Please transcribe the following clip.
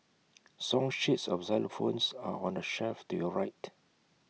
song sheets of xylophones are on the shelf to your right